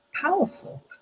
powerful